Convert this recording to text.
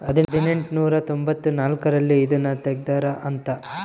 ಹದಿನೆಂಟನೂರ ತೊಂಭತ್ತ ನಾಲ್ಕ್ ರಲ್ಲಿ ಇದುನ ತೆಗ್ದಾರ ಅಂತ